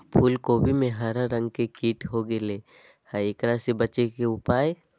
फूल कोबी में हरा रंग के कीट हो गेलै हैं, एकरा से बचे के उपाय?